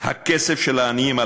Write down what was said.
הלך הכסף של העניים?